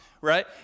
right